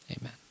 Amen